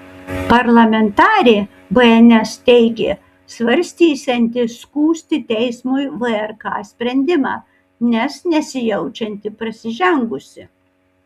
parlamentarė bns teigė svarstysianti skųsti teismui vrk sprendimą nes nesijaučianti prasižengusi